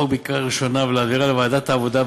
בקריאה ראשונה ולהעבירה לוועדת העבודה,